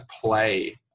play –